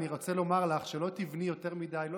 אני רוצה לומר לך שלא תבני יותר מדי,